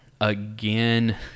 again